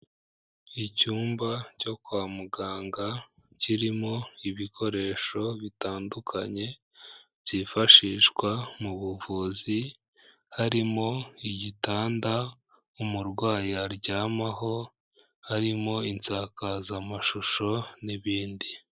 Icyumba cyo kwa muganga kirimo ibikoresho bitandukanye byifashishwa mu buvuzi, harimo igitanda umurwayi aryamaho, harimo insakazamashusho n'ibindi.